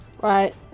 Right